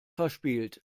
verspielt